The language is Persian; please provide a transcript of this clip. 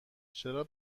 چرا